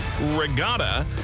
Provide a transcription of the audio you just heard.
regatta